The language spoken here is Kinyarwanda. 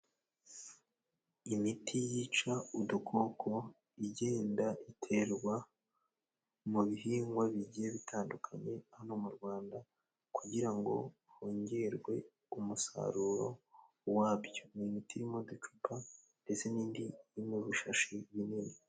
Imiti yica udukoko igenda iterwa mu bihingwa bigiye bitandukanye hano mu Rwanda, kugira ngo hongerwe umusaruro wabyo. Ni imiti iri mu ducupa ndetse n'indi iri mu bishashi binini.